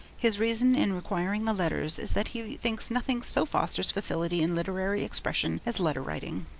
his reason in requiring the letters is that he thinks nothing so fosters facility in literary expression as letter-writing.